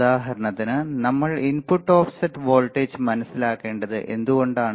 ഉദാഹരണത്തിന് നമ്മൾ input offset voltage മനസിലാക്കേണ്ടത് എന്തുകൊണ്ടാണ്